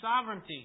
sovereignty